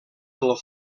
del